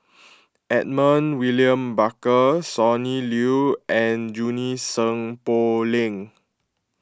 Edmund William Barker Sonny Liew and Junie Sng Poh Leng